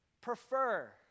prefer